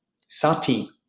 sati